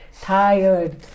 tired